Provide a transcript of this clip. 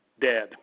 dead